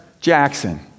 Jackson